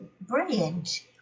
Brilliant